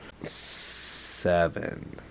seven